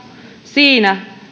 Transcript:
siinä